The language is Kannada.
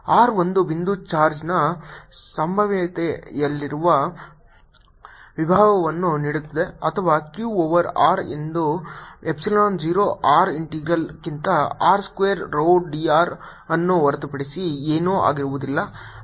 R ಒಂದು ಬಿಂದು ಚಾರ್ಜ್ನ ಸಂಭಾವ್ಯತೆಯಂತಿರುವ ವಿಭವವನ್ನು ನೀಡುತ್ತದೆ ಅಥವಾ Q ಓವರ್ r ಇದು ಎಪ್ಸಿಲಾನ್ 0 r ಇಂಟೆಗ್ರಲ್ಕ್ಕಿಂತ r square rho d r ಅನ್ನು ಹೊರತುಪಡಿಸಿ ಏನೂ ಆಗುವುದಿಲ್ಲ